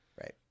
Right